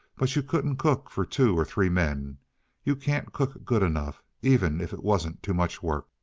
but you couldn't cook for two or three men you can't cook good enough, even if it wasn't too much work.